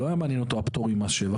לא היה מעניין אותו הפטור ממס שבח,